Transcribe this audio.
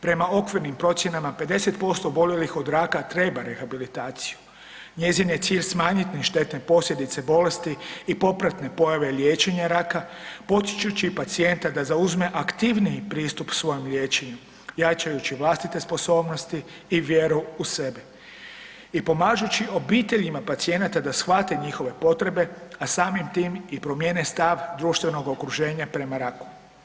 Prema okvirnim procjenama 50% oboljelih od raka trebaju rehabilitaciju, njezin je cilj smanjiti štetne posljedice bolesti i popratne pojave liječenja raka potičući pacijenta da zauzme aktivniji pristup svojem liječenju jačajući vlastite sposobnosti i vjeru u sebe i pomažući obiteljima pacijenata da shvate njihove potrebe, a samim tim i promijene stav društvenog okruženja prema raku.